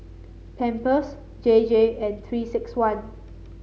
Pampers J J and Three six one